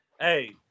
Hey